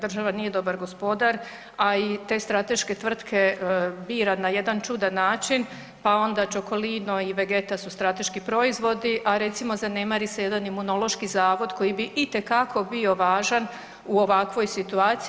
Država nije dobar gospodar, a i te strateške tvrtke bira na jedan čudan način pa onda čokolino i vegeta su strateški proizvodi, a recimo zanemari se jedan Imunološki zavod koji bi itekako bio važan u ovakvoj situaciji.